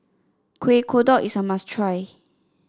Kueh Kodok is a must try